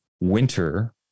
winter